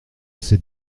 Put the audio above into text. ces